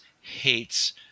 hates